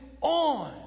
on